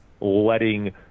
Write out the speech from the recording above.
letting